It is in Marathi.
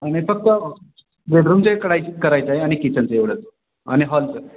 आणि फक्त बेडरूमचं एक करायचं करायचं आहे आणि किचनचं एवढंच आणि हॉलचं